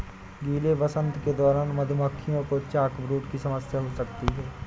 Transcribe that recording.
गीले वसंत के दौरान मधुमक्खियों को चॉकब्रूड की समस्या हो सकती है